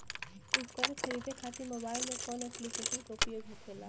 उपकरण खरीदे खाते मोबाइल में कौन ऐप्लिकेशन का उपयोग होखेला?